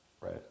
right